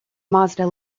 mazda